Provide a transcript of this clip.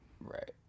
Right